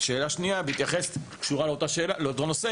שאלה שנייה, קשורה לאותו נושא: